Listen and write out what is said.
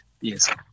yes